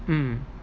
mm